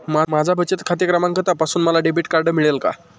माझा बचत खाते क्रमांक तपासून मला डेबिट कार्ड मिळेल का?